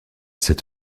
sept